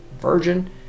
virgin